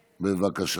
בבקשה,